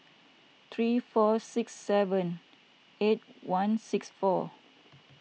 three four six seven eight one six four